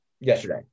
yesterday